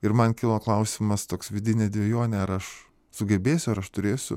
ir man kilo klausimas toks vidinė dvejonė ar aš sugebėsiu ar aš turėsiu